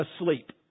asleep